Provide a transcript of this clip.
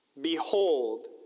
Behold